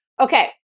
okay